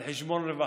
על חשבון רווחה,